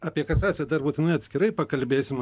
apie kasaciją dar būtinai atskirai pakalbėsim